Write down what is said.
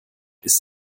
ist